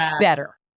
better